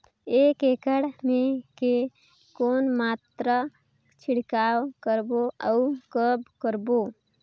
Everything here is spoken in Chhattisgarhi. एक एकड़ मे के कौन मात्रा छिड़काव करबो अउ कब करबो?